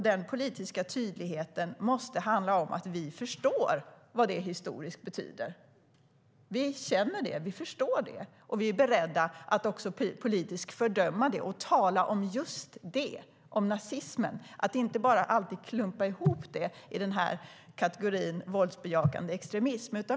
Den politiska tydligheten måste handla om att vi förstår vad det historiskt betyder - att vi känner det, förstår det och är beredda att politiskt fördöma det. Det handlar om att tala om just nazismen och inte bara klumpa ihop allt i kategorin "våldsbejakande extremism".